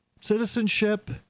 citizenship